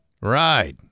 Right